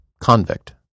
convict